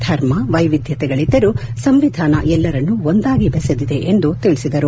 ಧರ್ಮ ವೈವಿಧ್ಯತೆಗಳಿದ್ದರೂ ಸಂವಿಧಾನ ಎಲ್ಲರನ್ನೂ ಒಂದಾಗಿ ಬೆಸೆದಿದೆ ಎಂದು ತಿಳಿಸಿದರು